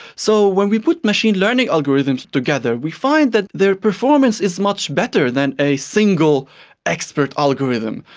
so when we put machine learning algorithms together, we find that their performance is much better than a single expert algorithm.